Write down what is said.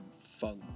funk